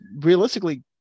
realistically